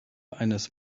eines